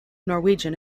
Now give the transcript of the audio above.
norwegian